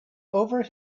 over